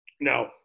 Now